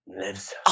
Lives